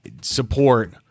support